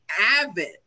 avid